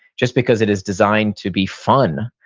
just because it is designed to be fun,